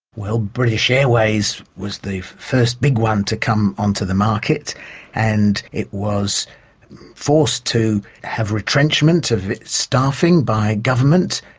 well, british airways was the first big one to come onto the market and it was forced to have retrenchment of its staffing by government,